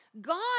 God